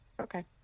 Okay